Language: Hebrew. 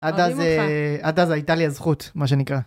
עד אז הייתה לי הזכות מה שנקרא.